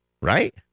right